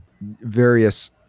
various